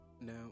Now